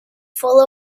full